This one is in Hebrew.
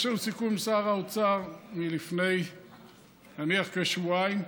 יש לנו סיכום עם שר האוצר מלפני נניח כשבועיים,